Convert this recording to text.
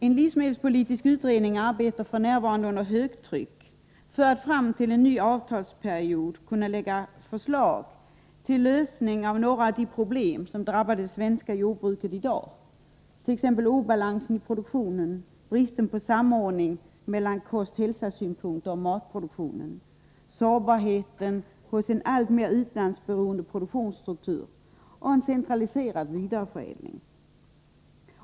En livsmedelspolitisk utredning arbetar f.n. under högtryck för att fram till en ny avtalsperiod kunna lägga fram förslag till lösning av några av de problem som drabbar det svenska jordbruket i dag, t.ex. obalansen i produktionen, bristen på samordning mellan kost-hälsa-synpunkter och matproduktionen, sårbarheten hos en alltmer utlandsberoende produktionsstruktur och en centraliserad vidareförädling.